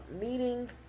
meetings